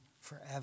forever